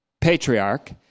Patriarch